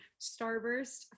Starburst